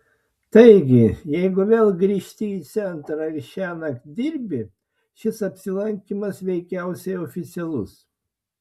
taigi jeigu vėl grįžti į centrą ir šiąnakt dirbi šis apsilankymas veikiausiai oficialus